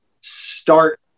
start